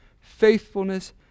faithfulness